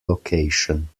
location